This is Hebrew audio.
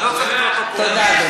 תודה.